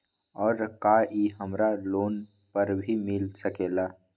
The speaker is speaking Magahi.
और का इ हमरा लोन पर भी मिल सकेला?